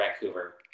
Vancouver